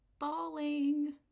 falling